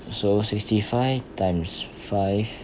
so sixty five times five